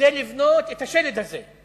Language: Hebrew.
כדי לבנות את השלד הזה.